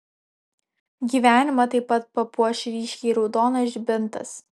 gyvenimą taip pat papuoš ryškiai raudonas žibintas